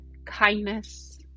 Kindness